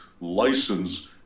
license